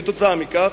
כתוצאה מכך,